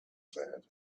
said